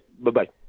Bye-bye